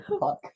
fuck